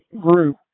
group